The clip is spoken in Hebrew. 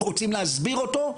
רוצים להסביר אותו,